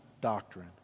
doctrine